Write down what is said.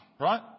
right